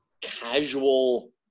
casual